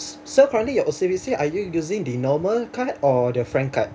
so currently your O_C_B_C are you using the normal card or the frank card